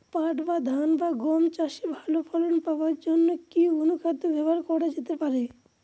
পাট বা ধান বা গম চাষে ভালো ফলন পাবার জন কি অনুখাদ্য ব্যবহার করা যেতে পারে?